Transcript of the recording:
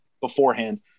beforehand